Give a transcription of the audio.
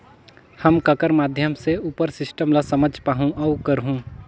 हम ककर माध्यम से उपर सिस्टम ला समझ पाहुं और करहूं?